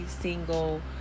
single